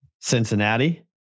Cincinnati